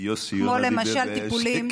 למשל טיפולים, יוסי יונה דיבר בשקט.